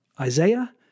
Isaiah